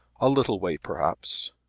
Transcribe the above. a little way perhaps.